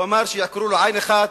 הוא אמר שיעקרו לו עין אחת,